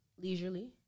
leisurely